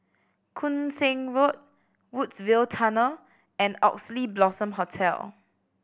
Koon Seng Road Woodsville Tunnel and Oxley Blossom Hotel